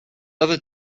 other